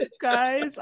guys